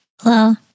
Hello